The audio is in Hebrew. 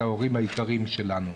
אלה ההורים היקרים שלנו.